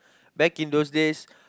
back in those days